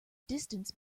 distance